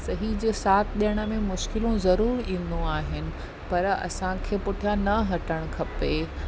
सही जो साथ ॾियण में मुश्किलूं ज़रुरु ईंदियूं आहिनि पर असांखे पुठियां न हटण खपे